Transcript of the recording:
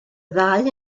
ddau